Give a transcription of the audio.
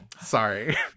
Sorry